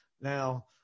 Now